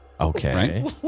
Okay